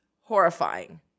horrifying